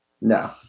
No